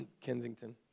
Kensington